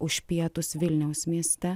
už pietus vilniaus mieste